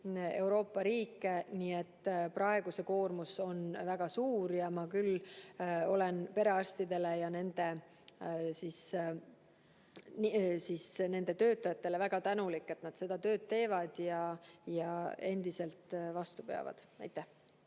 Euroopa riike. Nii et praegu see koormus on väga suur. Ma olen perearstidele ja [nendega koos] töötajatele väga tänulik, et nad seda tööd teevad ja endiselt vastu peavad. Ja